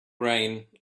rain